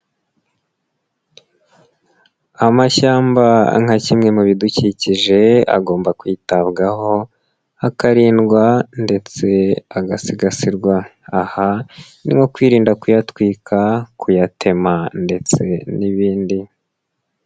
Amashyamba nka kimwe mu bidukikije agomba kwitabwaho, akarindwa ndetse agasigasirwa. Aha ni nko kwirinda kuyatwika, kuyatema ndetse n'ibindi.